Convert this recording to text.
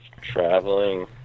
traveling